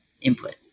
input